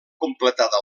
completada